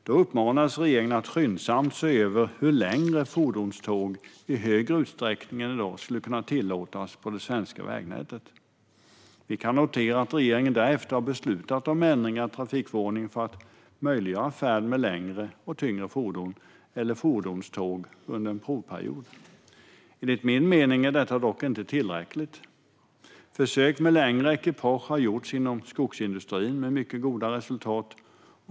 Då uppmanades regeringen att skyndsamt se över hur längre fordonståg i högre utsträckning än i dag skulle kunna tillåtas på det svenska vägnätet. Vi kan notera att regeringen därefter har beslutat om ändringar i trafikförordningen för att göra det möjligt att färdas med längre och tyngre fordon eller fordonståg under en provperiod. Enligt min mening är detta dock inte tillräckligt. Försök med längre ekipage har gjorts inom skogsindustrin med mycket goda resultat.